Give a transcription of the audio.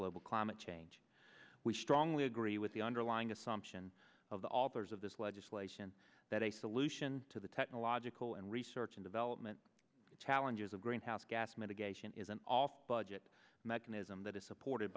global climate change we strongly agree with the underlying assumption of the authors of this legislation that a solution to the technological and research and development challenges of greenhouse gas mitigation is an all budget mechanism that is supported